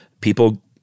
people